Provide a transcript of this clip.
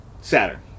Saturn